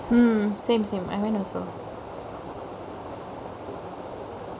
mm same same I went also